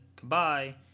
goodbye